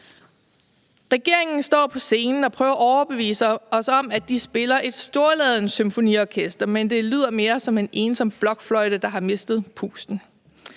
Regeringen står på scenen og prøver at overbevise os om, at de spiller et storladent symfoniorkester, men det lyder mere som en ensom blokfløjte, der har mistet pusten.